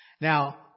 Now